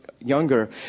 younger